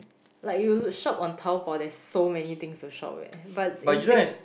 like you shop on Taobao there's so many things to shop eh but in Singa